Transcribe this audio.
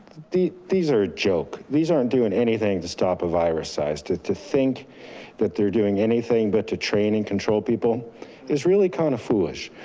these are a joke. these aren't doing anything to stop a virus size. to to think that they're doing anything but to train and control people is really kind of foolish.